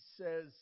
says